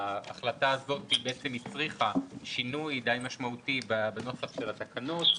ההחלטה הזאת הצריכה שינוי משמעותי למדי בנוסח של התקנות.